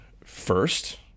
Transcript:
first